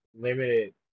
limited